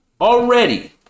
already